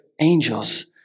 angels